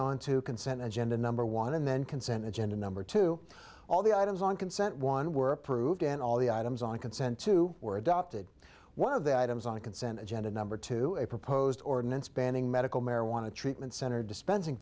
on to consent agenda number one and then consent agenda number two all the items on consent one were approved and all the items on consent two were adopted one of the items on consent agenda number two a proposed ordinance banning medical marijuana treatment center dispensing